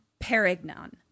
perignon